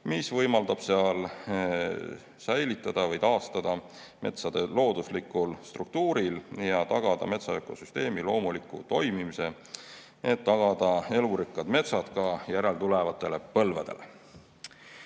mis võimaldab seal säilitada või taastada metsade loodusliku struktuuri ja tagada metsa ökosüsteemi loomuliku toimimise, et tagada elurikkad metsad ka järeltulevatele põlvedele.